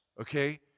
okay